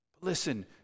listen